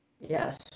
yes